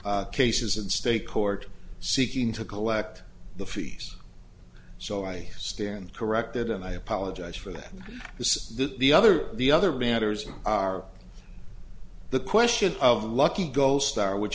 cases in state court seeking to collect the fees so i stand corrected and i apologize for that is this the other the other matters are the question of the lucky gold star which